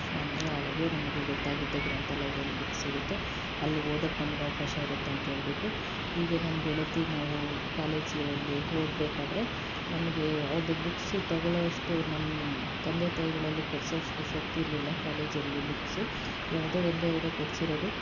ಸಮಯ ಅವಾಗ್ಲೇ ನಮಗೆ ಗೊತ್ತಾಗಿದ್ದು ಗ್ರಂಥಾಲಯದಲ್ಲಿ ಬುಕ್ ಸಿಗುತ್ತೆ ಅಲ್ಲಿ ಓದಕ್ಕೆ ನಮ್ಗೆ ಅವಕಾಶ ಇರುತ್ತಂತೇಳ್ಬಿಟ್ಟು ಹೀಗೆ ನನ್ನ ಗೆಳತಿ ನಾವು ಕಾಲೇಜಲ್ಲಿ ಓದ್ಬೇಕಾದ್ರೆ ನಮಗೆ ಅದು ಬುಕ್ಸು ತೊಗೊಳ್ಳೋ ಅಷ್ಟು ನಮ್ಮ ತಂದೆ ತಾಯಿಗಳಲ್ಲಿ ಕೊಡಿಸೋ ಅಷ್ಟು ಶಕ್ತಿ ಇರಲಿಲ್ಲ ಕಾಲೇಜಲ್ಲಿ ಬುಕ್ಸು ಯಾವ್ದೋ ಒಂದೋ ಎರಡೋ ಕೊಡಿಸಿರೋರು